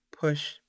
push